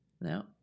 No